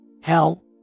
Hell